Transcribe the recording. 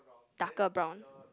darker brown